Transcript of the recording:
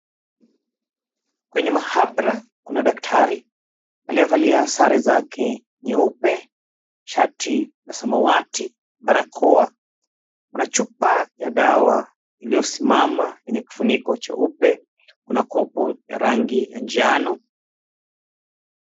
Kwenye mahabara kuna daktari aliyevalia sare zake nyeupe, shati ya samawati, barakoa, na chupa ya dawa iliyosimama yenye kifuniko cheupe. Kuna kopo ya rangi ya njano.